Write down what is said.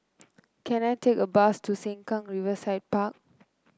can I take a bus to Sengkang Riverside Park